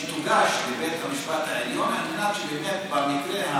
שתוגש לבית המשפט העליון על מנת שבאמת במקרה,